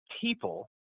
people